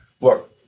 look